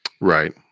Right